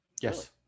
Yes